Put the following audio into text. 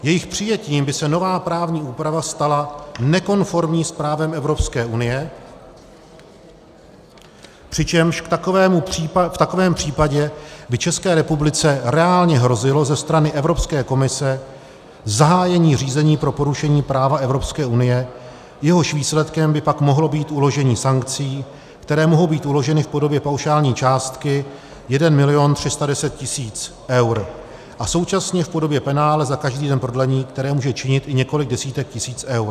Jejich přijetím by se nová právní úprava stala nekonformní s právem Evropské unie, přičemž v takovém případě by České republice reálně hrozilo ze strany Evropské komise zahájení řízení pro porušení práva Evropské unie, jehož výsledkem by pak mohlo být uložení sankcí, které mohou být uloženy v podobě paušální částky 1 310 tisíc eur, a současně v podobě penále za každý den prodlení, které může činit i několik desítek tisíc eur.